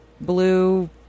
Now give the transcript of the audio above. blue